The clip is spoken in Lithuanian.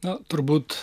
na turbūt